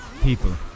people